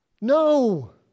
No